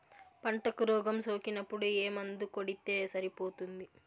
పంటకు రోగం సోకినపుడు ఏ మందు కొడితే సరిపోతుంది?